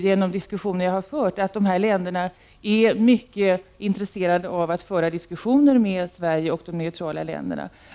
Genom samtal som jag har haft vet jag att dessa länder är mycket intresserade av att föra diskussioner med Sverige och de neutrala länderna.